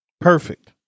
Perfect